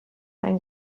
einen